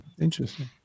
Interesting